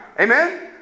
Amen